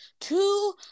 Two